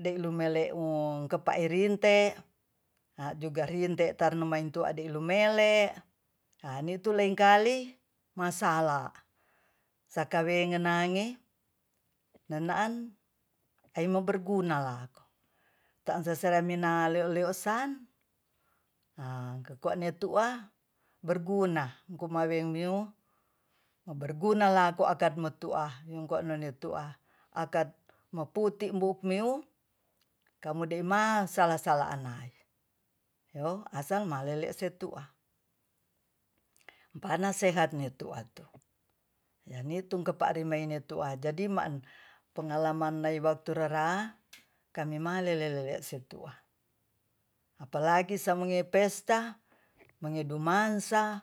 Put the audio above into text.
deilumele'o kepaerinte a juga rinte tarnamainadelumele ha ni'tu lengkali masalah sakawengan nange nana'an aimo berguna lako ta'ansa sa mina leo-leosan kekuane tu'a berguna kumeweng miu berguna lako akad mo tu'a wekoneno tu'ah akad moputi mbukmiu kamudeima salah-salah anai yo asal malele setu'a panasehatnytu'atu yanitung kemparimeinitu'a jadi ma'an pengalaman lai waktu rera kami malele-lele setu'a apalagi samongepesta mangedumansa